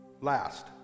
last